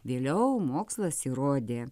vėliau mokslas įrodė